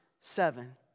seven